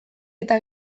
eta